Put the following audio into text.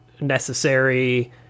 necessary